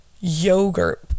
yogurt